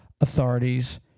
authorities